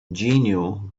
genial